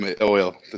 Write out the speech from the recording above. oil